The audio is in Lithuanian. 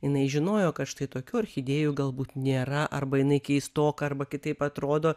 jinai žinojo kad štai tokių orchidėjų galbūt nėra arba jinai keistoka arba kitaip atrodo